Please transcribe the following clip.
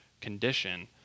condition